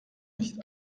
nicht